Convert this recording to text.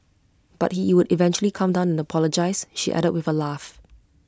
but he would eventually calm down and apologise she added with A laugh